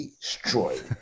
Destroyed